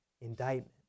indictment